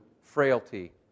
frailty